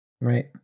Right